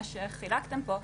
מה שחילקתם פה,